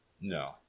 no